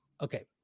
Okay